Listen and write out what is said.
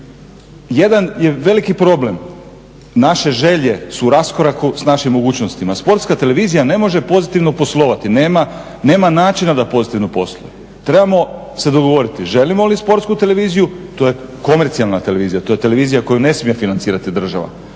Jedan veliki problem, naše želje su u raskoraku sa našim mogućnostima. Sportska televizija ne može pozitivno poslovati, nema načina da pozitivno posluje. Trebamo se dogovoriti želimo li Sportsku televiziju, to je komercijalna televizija, to je televizija koju ne smije financirati država.